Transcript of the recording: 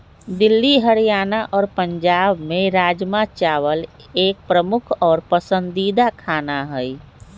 दिल्ली हरियाणा और पंजाब में राजमा चावल एक प्रमुख और पसंदीदा खाना हई